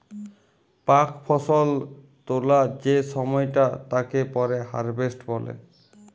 পাক ফসল তোলা যে সময়টা তাকে পরে হারভেস্ট বলে